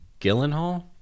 Gyllenhaal